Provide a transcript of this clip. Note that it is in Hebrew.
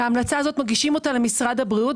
אותה מגישים למשרד הבריאות.